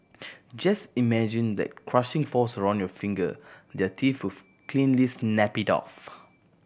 just imagine that crushing force around your finger their teeth cleanly snap it off